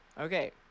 Okay